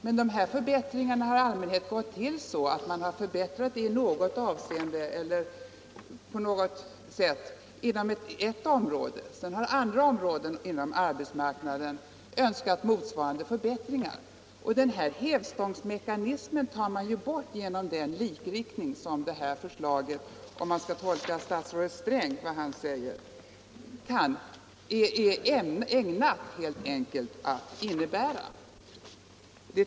Men dessa förbättringar har i allmänhet gått till så att man har förbättrat i något avseende inom ett område. Sedan har andra områden inom arbetsmarknaden önskat motsvarande förbättringar. Denna hävstångsmekanism tas bort genom den likriktning som detta förslag - om man skall tolka statsrådet Sträng — är ägnat att innebära.